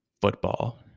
football